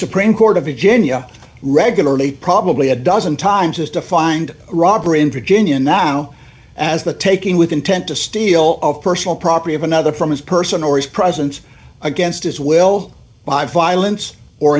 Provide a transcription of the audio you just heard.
supreme court of a genya regularly probably a dozen times as defined robber in virginia now as the taking with intent to steal of personal property of another from his person or his presence against his will